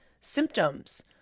symptoms